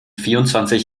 vierundzwanzig